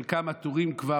חלקם עטורים כבר,